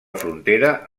frontera